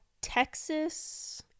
Texas